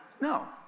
No